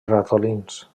ratolins